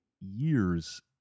years